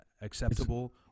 acceptable